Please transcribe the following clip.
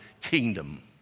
kingdom